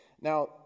now